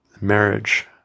Marriage